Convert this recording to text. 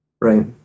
right